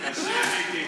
קשה, מיקי.